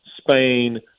Spain